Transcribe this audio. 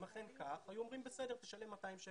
אם אכן כך, היו אומרים בסדר, תשלם 200 שקלים.